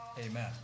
Amen